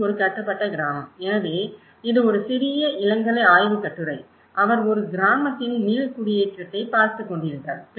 இது ஒரு கட்டுப்பட்ட கிராமம் எனவே இது ஒரு சிறிய இளங்கலை ஆய்வுக் கட்டுரை அவர் ஒரு கிராமத்தின் மீள்குடியேற்றத்தைப் பார்த்துக்கொண்டிருந்தார்